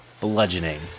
bludgeoning